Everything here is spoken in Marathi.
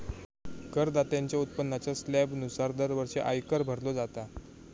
करदात्याच्या उत्पन्नाच्या स्लॅबनुसार दरवर्षी आयकर भरलो जाता